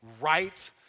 right